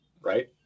right